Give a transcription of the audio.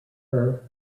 her